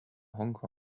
hongkong